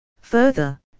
Further